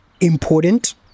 important